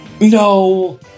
No